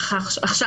עכשיו,